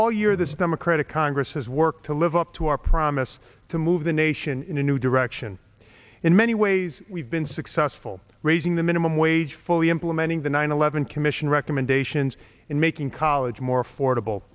all year this democratic congress has worked to live up to our promise to move the nation in a new direction in many ways we've been successful raising the minimum wage fully implementing the nine eleven commission recommendations in making college more affordable